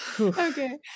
okay